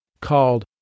called